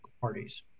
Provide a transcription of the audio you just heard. parties